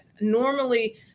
normally